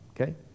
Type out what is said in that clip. okay